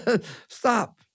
stop